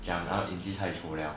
讲到 izzie 太丑了